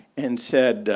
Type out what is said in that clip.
and said,